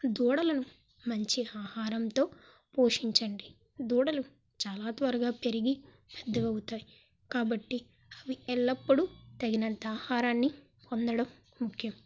దూడలను మంచి ఆహారంతో పోషించండి దూడలు చాలా త్వరగా పెరిగి పెద్దవవుతాయి కాబట్టి అవి ఎల్లప్పుడూ తగినంత ఆహారాన్ని పొందడం ముఖ్యం